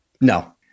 No